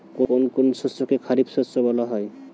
কোন কোন শস্যকে খারিফ শস্য বলা হয়?